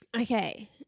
Okay